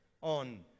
on